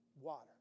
water